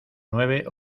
nueve